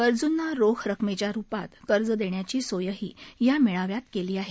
गरजूंना रोख रकेमेच्या रुपात कर्ज देण्याची सोयही या मेळाव्यात केली आहे